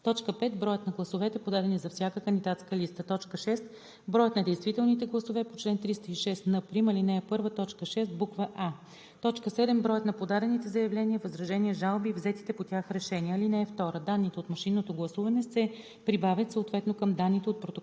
5. броят на гласовете, подадени за всяка кандидатска листа; 6. броят на действителните гласове по чл. 306н', ал. 1, т. 6, буква „а“; 7. броят на подадените заявления, възражения, жалби и взетите по тях решения. (2) Данните от машинното гласуване се прибавят съответно към данните от протокола